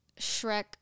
Shrek